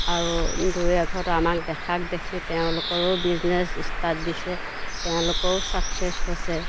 আৰু দুই এঘৰত আমাক দেখাক দেখি তেওঁলোকৰো বিজনেছ ষ্টাৰ্ট দিছে তেওঁলোকেও ছাকচেছ হৈছে